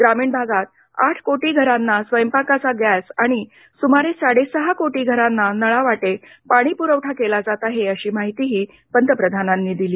ग्रामीण भागात आठ कोटी घरांना स्वयंपाकाचा गॅस आणि सुमारे साडे सहा कोटी घरांना नळावाटे पाणीपुरवठा केला जात आहे अशी माहितीही पंतप्रधानांनी दिली